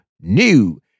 new